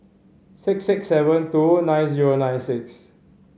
six six seven two nine zero nine six